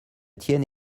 tienne